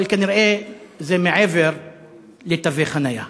אבל כנראה, זה מעבר לתווי חניה.